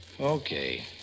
Okay